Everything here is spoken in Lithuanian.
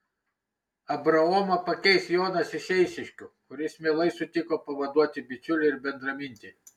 abraomą pakeis jonas iš eišiškių kuris mielai sutiko pavaduoti bičiulį ir bendramintį